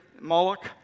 Moloch